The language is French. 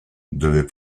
devait